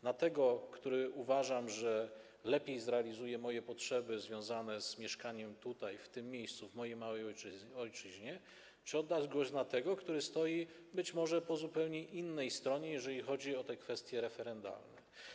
Na tego, który lepiej, jak uważam, zrealizuje moje potrzeby związane z mieszkaniem tutaj, w tym miejscu, w mojej małej ojczyźnie, czy oddać głos na tego, który stoi być może po zupełnie innej stronie, jeżeli chodzi o te kwestie referendalne?